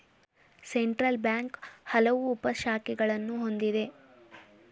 central bank ಹಲವು ಉಪ ಶಾಖೆಗಳನ್ನು ಹೊಂದಿದೆ